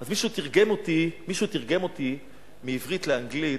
אז מישהו תרגם אותי מעברית לאנגלית,